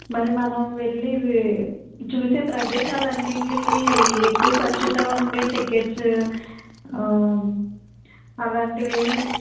మరి మనం వెళ్ళి చూసే ప్రదేశాలు అన్నిట్లకి ఎక్కువ ఖర్చుతో ఉండి టికెట్స్ అలాంటివి ఏమైనా